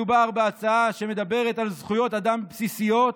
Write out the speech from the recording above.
מדובר בהצעה שמדברת על זכויות אדם בסיסיות,